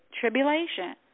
tribulation